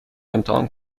امتحان